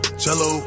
cello